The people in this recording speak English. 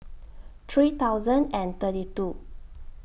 three thousand and thirty two